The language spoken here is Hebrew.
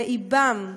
באבם.